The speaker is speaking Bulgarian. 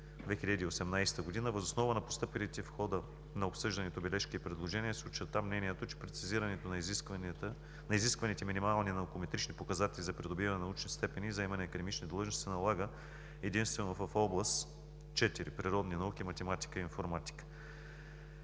2018 г. Въз основа на постъпилите в хода на обсъждането бележки и предложения се очерта мнението, че прецизирането на изискваните минимални наукометрични показатели за придобиване на научни степени, заемани академични длъжности се налага единствено в област 4. Природни науки, математика и информатика.